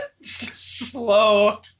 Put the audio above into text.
Slow